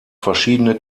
verschiedene